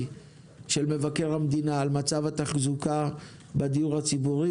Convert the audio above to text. של מבקר המדינה על מצב התחזוקה בדיור הציבורי,